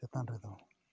ᱪᱮᱛᱟᱱ ᱨᱮᱫᱚ